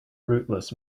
rootless